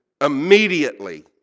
Immediately